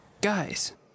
Guys